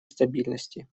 стабильности